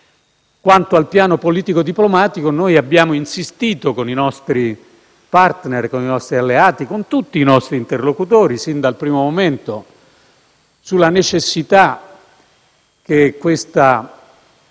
Sul piano politico-diplomatico, abbiamo insistito con i nostri *partner* e alleati, con tutti i nostri interlocutori, sin dal primo momento, sulla necessità che la